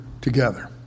together